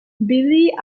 billy